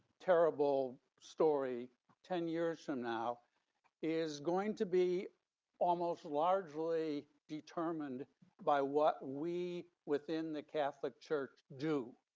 terrible story ten years from now is going to be almost largely determined by what we within the catholic church do.